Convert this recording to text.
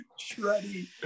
Shreddy